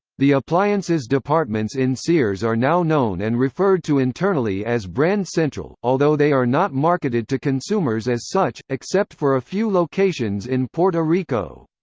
the appliances departments in sears are now known and referred to internally as brand central, although they are not marketed to consumers as such, except for a few locations in puerto rico.